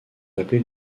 appelés